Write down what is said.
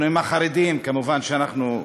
אנחנו עם החרדים כמובן, אנחנו,